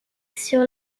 sur